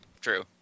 true